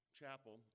chapel